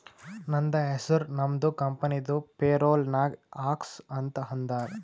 ನಂದ ಹೆಸುರ್ ನಮ್ದು ಕಂಪನಿದು ಪೇರೋಲ್ ನಾಗ್ ಹಾಕ್ಸು ಅಂತ್ ಅಂದಾರ